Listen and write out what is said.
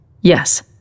Yes